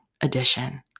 Edition